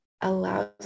allows